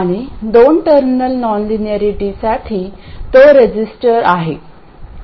आणि दोन टर्मिनल नॉनलिनियरिटीसाठी तो रेझिस्टर आहे